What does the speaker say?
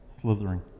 slithering